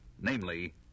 namely